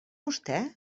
vostè